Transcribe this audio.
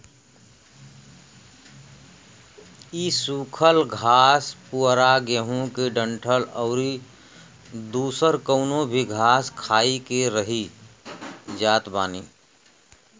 इ सुखल घास पुअरा गेंहू के डंठल अउरी दुसर कवनो भी घास खाई के रही जात बानी